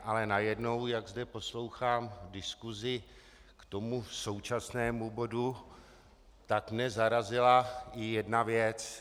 Ale najednou, jak zde poslouchám diskusi k současnému bodu, tak mě zarazila jedna věc.